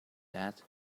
that